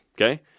Okay